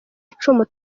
icumu